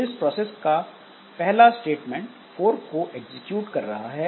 इस प्रोसेस का पहला स्टेटमेंट फोर्क को एग्जिक्यूट कर रहा है